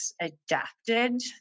adapted